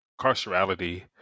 carcerality